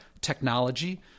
technology